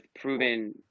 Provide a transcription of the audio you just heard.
proven